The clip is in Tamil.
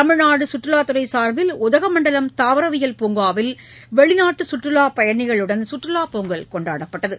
தமிழ்நாடு கற்றுவாத் துறை சா்பில் உதகமண்டலம் தாவரவியல் பூங்காவில் வெளிநாட்டு கற்றுலாப் பயணிகளுடன் சுற்றுலா பொங்கல் கொண்டாடப்பட்டது